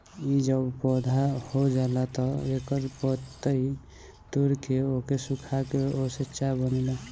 इ जब पौधा हो जाला तअ एकर पतइ तूर के ओके सुखा के ओसे चाय बनेला